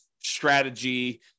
strategy